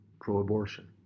pro-abortion